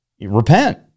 repent